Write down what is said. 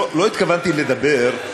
לא התכוונתי לדבר,